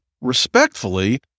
respectfully